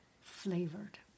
flavored